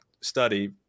Study